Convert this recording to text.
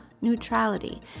neutrality